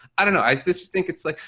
i don't know. i think it's like,